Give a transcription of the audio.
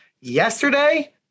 Yesterday